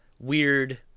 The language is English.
weird